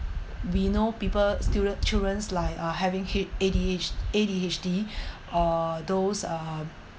we know people students children's like uh having h~ A_D_H~ A_D_H_D or those uh